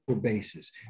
basis